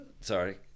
Sorry